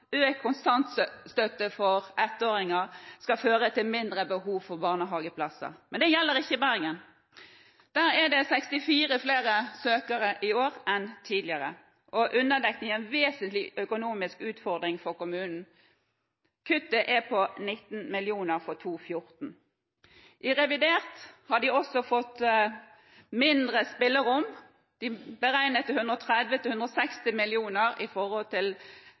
kontantstøtte for ettåringer skal føre til mindre behov for barnehageplasser. Men det gjelder ikke i Bergen. Der er det 64 flere søkere i år enn tidligere, og underdekningen er en vesentlig økonomisk utfordring for kommunen. Kuttet er på 19 mill. kr for 2014. I revidert har de også fått mindre spillerom. De har beregnet fra 130 mill. kr til 160 mill. kr i forhold til